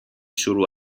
شروع